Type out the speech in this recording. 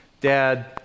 Dad